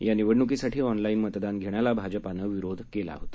या निवडणुकीसाठी ऑनलाईन मतदान घेण्याला भाजपने विरोध केला होता